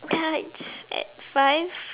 that's at five